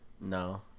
No